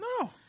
No